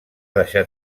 deixar